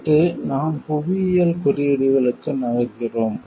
அடுத்து நாம் புவியியல் குறியீடுகளுக்கு நகருகிறோம்